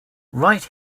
right